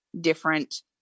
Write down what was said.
different